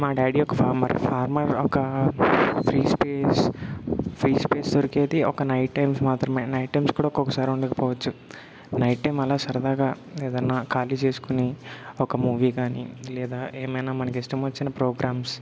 మా డాడీ ఒక farmer farmer ఒక ఫ్రీ స్పేస్ ఫ్రీ స్పేస్ దొరికేది ఒక నైట్ టైమ్స్ మాత్రమే నైట్ టైమ్స్ కూడా ఒక్కొక్కసారి ఉండకపోవచ్చు నైట్ టైం అలా సరదాగా ఏదన్నా ఖాళీ చేసుకుని ఒక మూవీ గానీ లేదా ఏమైనా మనకిష్టమొచ్చిన ప్రోగ్రామ్స్